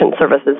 services